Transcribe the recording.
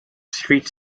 street